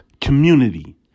community